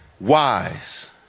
wise